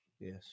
Yes